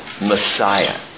Messiah